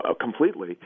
completely